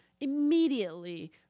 immediately